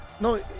No